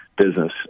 business